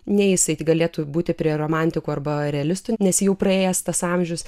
nei jisai galėtų būti prie romantikų arba realistų nes jau praėjęs tas amžius